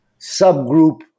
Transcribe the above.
subgroup